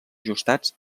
ajustats